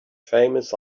famous